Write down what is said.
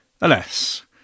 Alas